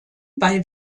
bei